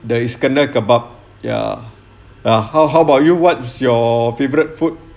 the iskandar kebab ya ah how how about you what's your favorite food